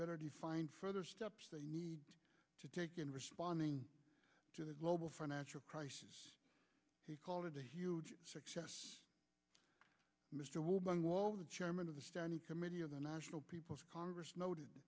better define further steps they need to take in responding to the global financial crisis he called it a huge success mr walden wall the chairman of the standing committee of the national people's congress noted